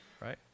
right